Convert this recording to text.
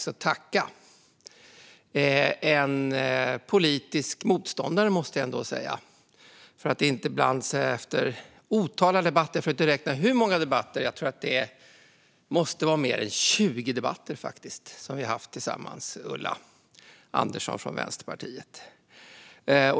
Jag vill tacka en politisk motståndare efter otaliga debatter - jag tror att det måste vara fler än tjugo som vi har haft tillsammans, Ulla Andersson från Vänsterpartiet.